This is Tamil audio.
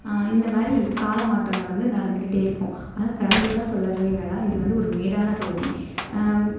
இந்த மாதிரி கால மாற்றங்கள் வந்து நடந்துக்கிட்டே இருக்கும் அதுவும் பெரம்பலூர்லெலாம் சொல்லவே வேணாம் இது வந்து ஒரு மேடான பகுதி